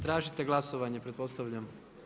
Tražite glasovanje pretpostavljam?